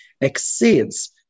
exceeds